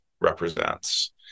represents